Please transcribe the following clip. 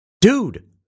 Dude